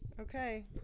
Okay